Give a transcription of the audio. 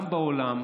בעולם